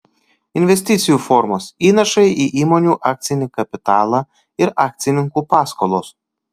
investicijų formos įnašai į įmonių akcinį kapitalą ir akcininkų paskolos